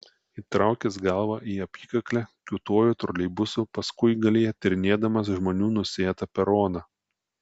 įtraukęs galvą į apykaklę kiūtojo troleibuso paskuigalyje tyrinėdamas žmonių nusėtą peroną